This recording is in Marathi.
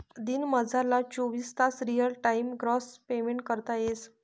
दिनमझारला चोवीस तास रियल टाइम ग्रास पेमेंट करता येस